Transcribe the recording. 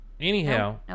Anyhow